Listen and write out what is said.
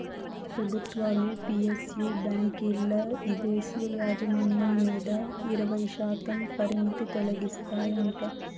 పెబుత్వాలు పి.ఎస్.యు బాంకీల్ల ఇదేశీ యాజమాన్యం మీద ఇరవైశాతం పరిమితి తొలగిస్తాయంట